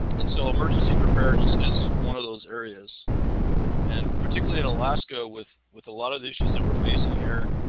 and so, emergency preparedness is one of those areas and particularly in alaska, with with a lot of issues that were facing here